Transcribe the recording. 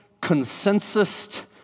consensus